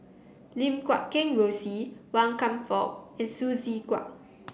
Lim Guat Kheng Rosie Wan Kam Fook and Hsu Tse Kwang